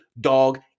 dog